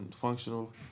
functional